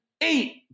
eight